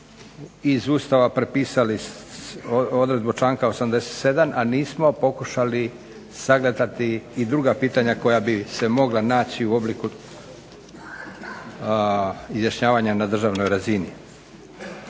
iz Ustava prepisali odredbu članka 87., a nismo pokušali sagledati i druga pitanja koja bi se mogla naći u obliku izjašnjavanja na državnoj razini.